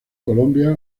colombia